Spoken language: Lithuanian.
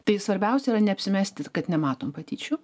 tai svarbiausia yra neapsimesti kad nematom patyčių